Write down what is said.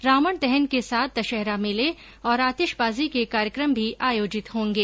रावण दहन के साथ दशहरा मेले और आतिशबाजी के कार्यक्रम भी आयोजित होंगे